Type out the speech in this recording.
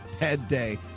head day.